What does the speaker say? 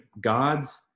God's